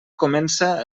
comença